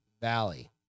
Valley